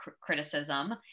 criticism